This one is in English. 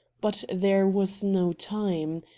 but there was no time.